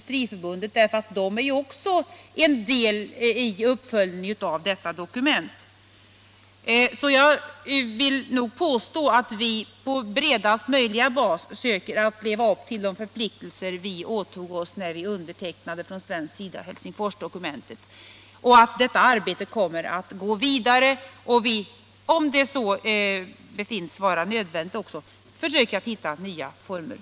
Jag tycker inte alls att man skall vara främmande för att förfara på liknande sätt när det gäller spridningen av Helsingforsdokumentet. Då skulle man verkligen uppfylla den tidigare nämnda förpliktelsen. Skulle man inte, fru Söder, kunna tänka sig exempelvis det tillvägagångssättet?